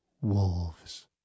wolves